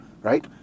right